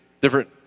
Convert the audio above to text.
different